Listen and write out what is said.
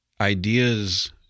ideas